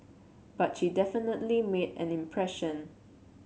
but she definitely made an impression